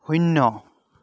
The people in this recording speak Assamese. শূন্য